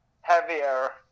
heavier